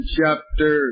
chapter